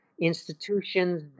Institutions